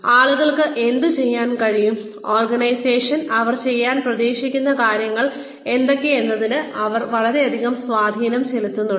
ആളുകൾക്ക് എന്തുചെയ്യാൻ കഴിയും ഓർഗനൈസേഷൻ അവർ ചെയ്യാൻ പ്രതീക്ഷിക്കുന്ന കാര്യങ്ങൾ എന്തൊക്കെയെന്നതിൽ അത് വളരെയധികം സ്വാധീനം ചെലുത്തിയിട്ടുണ്ട്